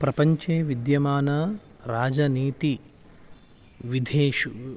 प्रपञ्चे विद्यमाना राजनीतिविधेषु